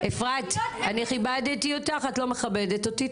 אני כיבדתי אותך, את לא מכבדת אותי.